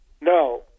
No